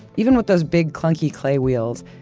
even with those big, clunky clay wheels,